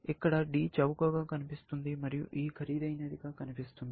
ఇక్కడ D చౌకగా కనిపిస్తుంది మరియు E ఖరీదైనదిగా కనిపిస్తుంది